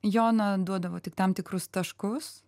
duodavo tik tam tikrus taškus